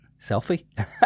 Selfie